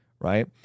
Right